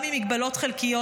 גם אם מגבלות חלקיות,